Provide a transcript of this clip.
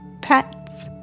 pets